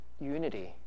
unity